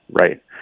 Right